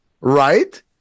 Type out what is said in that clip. right